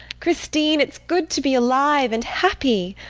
christine! it's good to be alive and happy